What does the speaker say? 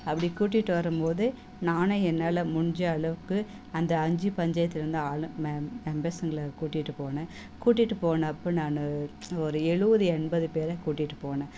அப்படி கூட்டிகிட்டு வரும் போது நானும் என்னால் முடிஞ்சு அளவுக்கு அந்த அஞ்சு பஞ்சாயத்திலேருந்து ஆள் மெ மெம்பர்ஸுங்களை கூட்டிகிட்டு போனேன் கூட்டிகிட்டு போனே அப்போ நானும் ஒரு எழுவது எண்பது பேரை கூட்டிட்டு போனேன்